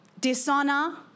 dishonor